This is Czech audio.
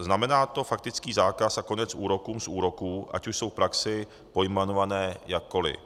Znamená to faktický zákaz a konec úrokům z úroků, ať už jsou v praxi pojmenované jakkoli.